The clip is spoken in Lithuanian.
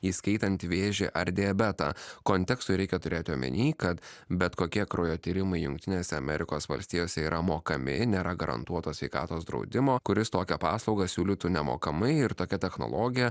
įskaitant vėžį ar diabetą kontekstui reikia turėti omeny kad bet kokie kraujo tyrimai jungtinėse amerikos valstijose yra mokami nėra garantuoto sveikatos draudimo kuris tokią paslaugą siūlytų nemokamai ir tokia technologija